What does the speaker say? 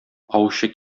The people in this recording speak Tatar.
аучы